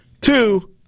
Two